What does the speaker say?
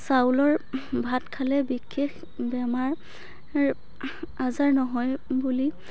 চাউলৰ ভাত খালে বিশেষ বেমাৰ আজাৰ নহয় বুলি